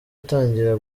atangira